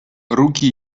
руки